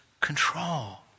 control